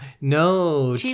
No